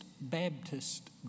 Baptist